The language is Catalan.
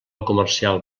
comercial